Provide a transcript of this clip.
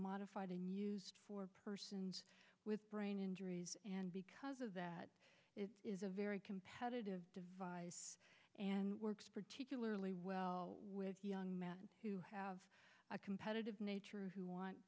modified in use for persons with brain injuries and because of that it is a very competitive device and works particularly well with young men who have a competitive nature who want